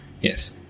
Yes